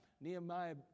Nehemiah